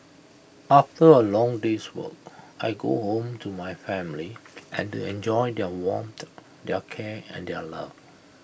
after A long day's work I go home to my family and to enjoy their warmth their care and their love